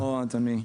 נו, אדוני.